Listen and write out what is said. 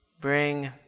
bring